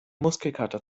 muskelkater